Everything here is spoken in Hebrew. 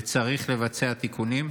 וצריך לבצע תיקונים.